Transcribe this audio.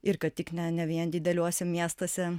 ir kad tik ne ne vien dideliuose miestuose